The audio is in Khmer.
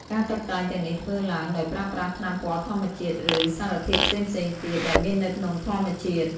ការតុបតែងទាំងនេះធ្វើឡើងដោយប្រើប្រាស់ថ្នាំពណ៌ធម្មជាតិ ឬសារធាតុផ្សេងៗទៀតដែលមាននៅក្នុងធម្មជាតិ។